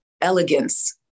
Elegance